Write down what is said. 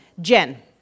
Jen